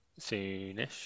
soonish